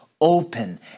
open